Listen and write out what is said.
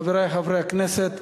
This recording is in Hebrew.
חברי חברי הכנסת,